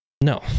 No